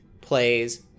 plays